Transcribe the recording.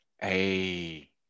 Hey